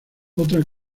otra